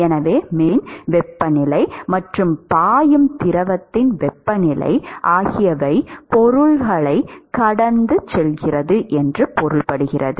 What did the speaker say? எனவே மேற்பரப்பின் வெப்பநிலை மற்றும் பாயும் திரவத்தின் வெப்பநிலை ஆகியவை பொருளைக் கடந்து செல்கின்றன